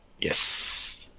Yes